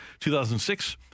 2006